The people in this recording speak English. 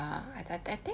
ya I I I think